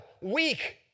weak